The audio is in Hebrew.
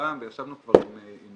וישבנו כבר עם